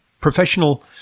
professional